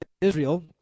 Israel